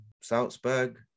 Salzburg